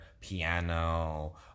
piano